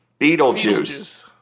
Beetlejuice